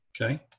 Okay